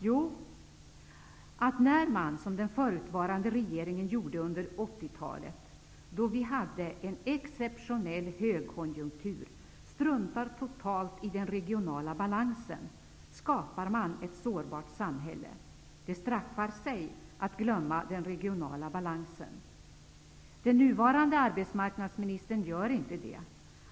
Jo, när man som den förutvarande regeringen gjorde under 80-talet, under en exceptionell högkonjunktur, struntar totalt i den regionala balansen, skapar man ett sårbart samhälle. Det straffar sig att glömma den regionala balansen. Den nuvarande arbetsmarknadsministern gör det inte.